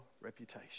reputation